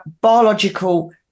biological